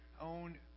own